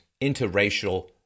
interracial